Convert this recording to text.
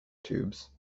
tubes